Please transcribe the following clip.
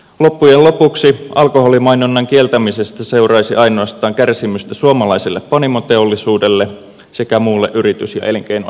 loppujen lopuksi alkoholimainonnan kieltämisestä seuraisi ainoastaan kärsimystä suomalaiselle panimoteollisuudelle sekä muulle yritys ja elinkeinoelämälle